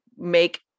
make